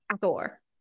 Thor